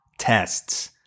tests